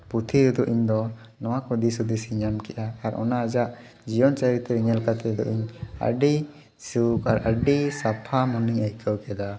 ᱯᱩᱛᱷᱤ ᱨᱮᱫᱚ ᱤᱧ ᱫᱚ ᱱᱚᱣᱟ ᱠᱚ ᱫᱤᱥ ᱦᱩᱫᱤᱥᱤᱧ ᱧᱟᱢ ᱠᱮᱜᱼᱟ ᱟᱨ ᱚᱱᱟ ᱟᱡᱟᱜ ᱡᱤᱭᱚᱱ ᱪᱟᱨᱤᱛ ᱨᱮ ᱧᱮᱞ ᱠᱟᱛᱮ ᱫᱚ ᱤᱧ ᱟᱹᱰᱤ ᱥᱩᱠ ᱟᱨ ᱟᱹᱰᱤ ᱥᱟᱯᱷᱟ ᱢᱚᱱᱮᱧ ᱟᱹᱭᱠᱟᱹᱣ ᱠᱮᱫᱟ